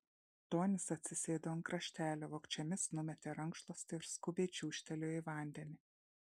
tonis atsisėdo ant kraštelio vogčiomis numetė rankšluostį ir skubiai čiūžtelėjo į vandenį